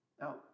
Now